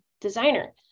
designer